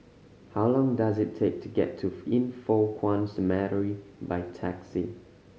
how long does it take to get to Yin Foh Kuan Cemetery by taxi